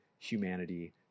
Humanity